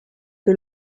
que